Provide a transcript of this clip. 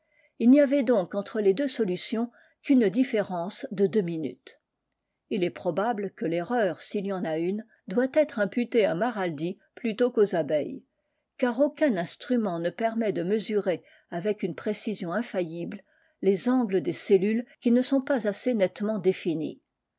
u n'y avait donc entre les deux solutions qu'une différence de deux minutes il est probable que terreur s'il y en a une doit être imputée à maraldi plutôt qu'aux abeilles car aucun instrument ne permet de mesurer avec une précision infaillible les angles des cellules qui ne sont pas assez netlemeot définis